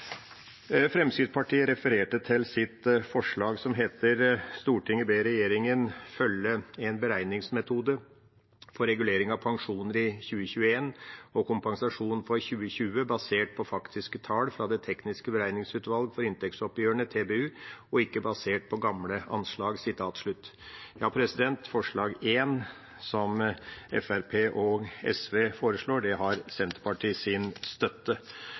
Fremskrittspartiet refererte til sitt forslag, som lyder: «Stortinget ber regjeringen følge en beregningsmetode for regulering av pensjoner i 2021 og kompensasjon for 2020 basert på faktiske tall fra Det teknisk beregningsutvalg for inntektsoppgjørene og ikke basert på gamle anslag.» Forslag nr. 1, fra Fremskrittspartiet og SV, har Senterpartiets støtte. Hva betyr det?